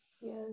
Yes